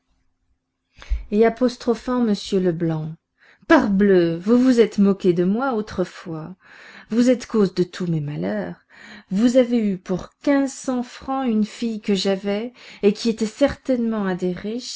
et apostrophant m leblanc parbleu vous vous êtes moqué de moi autrefois vous êtes cause de tous mes malheurs vous avez eu pour quinze cents francs une fille que j'avais et qui était certainement